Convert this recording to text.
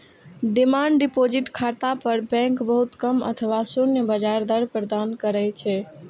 demand deposit खाता पर bank बहुत कम अथवा शून्य ब्याज दर प्रदान करै छै